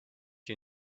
you